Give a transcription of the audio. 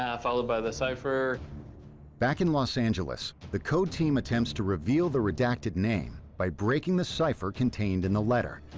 yeah followed by the cipher. narrator back in los angeles, the code team attempts to reveal the redacted name by breaking the cipher contained in the letter.